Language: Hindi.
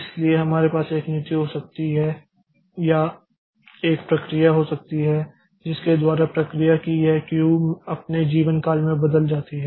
इसलिए हमारे पास एक नीति हो सकती है या एक प्रक्रिया हो सकती है जिसके द्वारा प्रक्रिया की यह क्यू अपने जीवनकाल में बदल जाती है